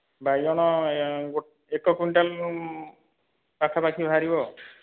ବାଇଗଣ ଏକ କୁଇଣ୍ଟାଲ୍ ପାଖାପାଖି ବାହାରିବ